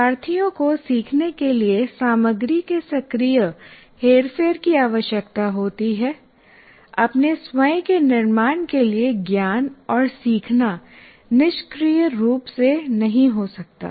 शिक्षार्थियों को सीखने के लिए सामग्री के सक्रिय हेरफेर की आवश्यकता होती है अपने स्वयं के निर्माण के लिए ज्ञान और सीखना निष्क्रिय रूप से नहीं हो सकता